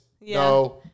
no